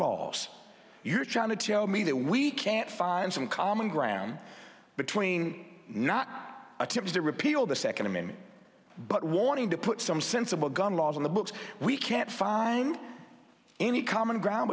laws you're trying to tell me that we can't find some common ground between not attempt to repeal the second amendment but warning to put some sensible gun laws on the books we can't find any common ground